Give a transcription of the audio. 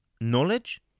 knowledge